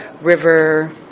River